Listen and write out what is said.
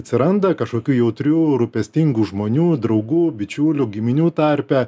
atsiranda kažkokių jautrių rūpestingų žmonių draugų bičiulių giminių tarpe